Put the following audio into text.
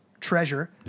treasure